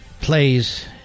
plays